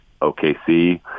OKC